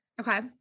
okay